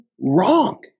wrong